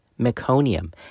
meconium